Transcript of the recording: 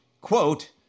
quote